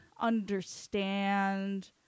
understand